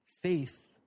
faith